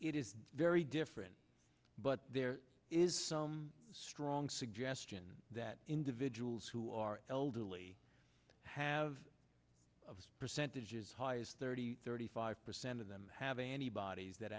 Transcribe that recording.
it is very different but there is some strong suggestion that individuals who are elderly have i have of the percentages highest thirty thirty five percent of them have antibodies that